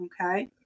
Okay